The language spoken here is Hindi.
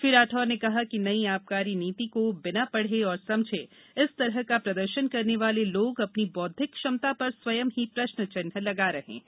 श्री राठौर ने कहा कि नई आबकारी नीति को बिना पढ़े एवं समझे इस तरह का प्रदर्शन करने वाले लोग अपनी बौद्धिक क्षमता पर स्वयं ही प्रश्न चिन्ह लगा रहे हैं